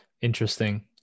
Interesting